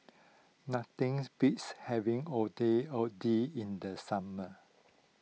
nothings beats having Ondeh Ondeh in the summer